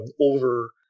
over